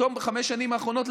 ופתאום בחמש השנים האחרונות,